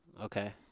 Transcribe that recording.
Okay